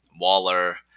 waller